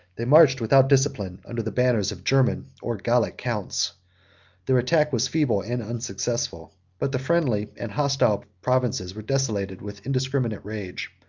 they marched, without discipline, under the banners of german, or gallic, counts their attack was feeble and unsuccessful but the friendly and hostile provinces were desolated with indiscriminate rage.